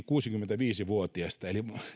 kuusikymmentäviisi vuotiaista eli